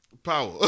Power